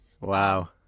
Wow